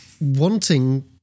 wanting